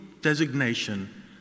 designation